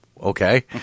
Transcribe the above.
okay